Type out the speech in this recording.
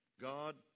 God